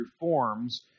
reforms